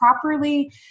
properly